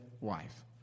wife